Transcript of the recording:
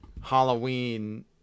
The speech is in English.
Halloween